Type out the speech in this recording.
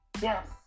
Yes